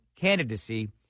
candidacy